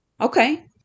Okay